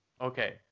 Okay